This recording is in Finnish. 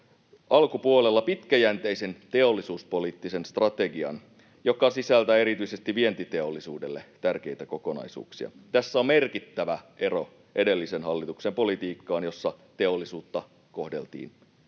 alkupuolella pitkäjänteisen teollisuuspoliittisen strategian, joka sisältää erityisesti vientiteollisuudelle tärkeitä kokonaisuuksia. Tässä on merkittävä ero edellisen hallituksen politiikkaan, jossa teollisuutta kohdeltiin